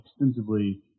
extensively